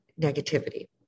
negativity